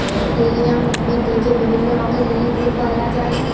lilium উদ্ভিদ থেক্যে বিভিল্য রঙের লিলি ফুল পায়া যায়